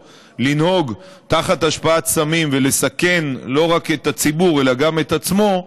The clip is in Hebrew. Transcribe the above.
לנהוג תחת השפעת סמים ולסכן לא רק את הציבור אלא גם את עצמו,